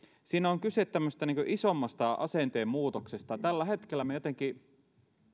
siinä on kyse tämmöisestä isommasta asenteen muutoksesta tällä hetkellä me jotenkin